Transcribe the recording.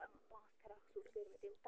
پانٛژھ frock suit کٔرۍ مےٚ تٔمۍ تباہ